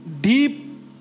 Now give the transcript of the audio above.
deep